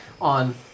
on